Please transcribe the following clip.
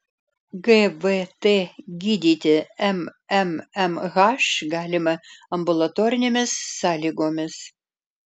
gvt gydyti mmmh galima ambulatorinėmis sąlygomis